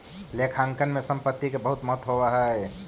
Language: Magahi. लेखांकन में संपत्ति के बहुत महत्व होवऽ हइ